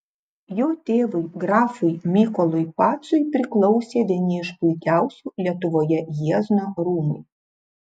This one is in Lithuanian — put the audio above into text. jo tėvui grafui mykolui pacui priklausė vieni iš puikiausių lietuvoje jiezno rūmai